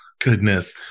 goodness